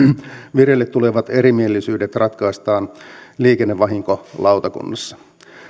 vireille tulevat erimielisyydet ratkaistaan liikennevahinkolautakunnassa